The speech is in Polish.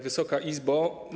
Wysoka Izbo!